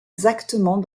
exactement